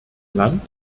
land